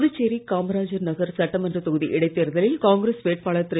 புதுச்சேரி காமராஜர் நகர் சட்டமன்ற தொகுதி இடைத்தேர்தலில் காங்கிரஸ் வேட்பாளர் திரு